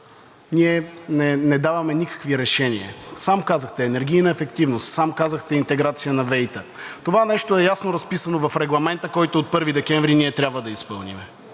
ние не даваме никакви решения. Сам казахте „енергийна ефективност“, сам казахте „интеграция на ВЕИ-та“. Това нещо е ясно разписано в Регламента, който от 1 декември ние трябва да изпълним.